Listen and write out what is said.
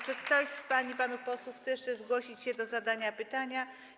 Czy ktoś z pań i panów posłów chce jeszcze zgłosić się do zadania pytania?